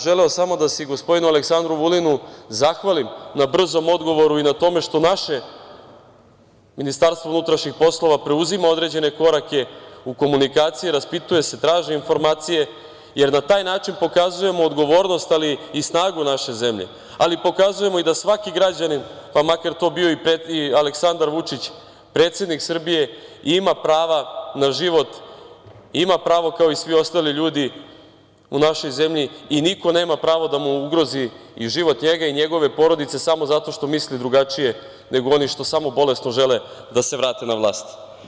Želeo sam da se gospodinu Aleksandru Vulinu zahvalim na brzom odgovoru i na tome što naše Ministarstvo unutrašnjih poslova preuzima određene korake u komunikaciji, raspituje, traži informacije, jer na taj način pokazujemo odgovornost, ali i snagu naše zemlje, pokazujemo da i svaki građanin, pa makar to bio i Aleksandar Vučić, predsednik Srbije, ima prava na život, ima pravo kao i svi ostali ljudi u našoj zemlji i niko nema pravo da mu ugrozi život i njegove porodice samo zato što misli drugačije nego oni što samo bolesno žele da se vrate na vlast.